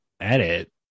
Edit